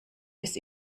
bis